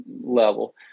level